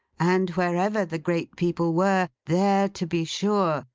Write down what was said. and wherever the great people were, there, to be sure,